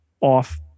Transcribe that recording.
off